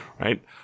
right